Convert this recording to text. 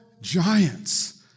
giants